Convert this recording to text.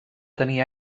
tenir